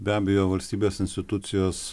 be abejo valstybės institucijos